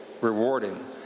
rewarding